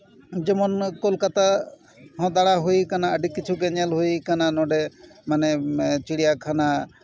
ᱡᱮᱢᱚᱱ ᱚᱱᱟ ᱠᱳᱞᱠᱟᱛᱟ ᱦᱚᱸ ᱫᱟᱬᱟ ᱦᱩᱭ ᱠᱟᱱᱟ ᱟᱹᱰᱤ ᱠᱤᱪᱷᱩ ᱜᱮ ᱧᱮᱞ ᱦᱩᱭ ᱠᱟᱱᱟ ᱱᱚᱰᱮ ᱢᱟᱱᱮ ᱪᱤᱲᱭᱟᱠᱷᱟᱱᱟ